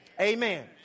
Amen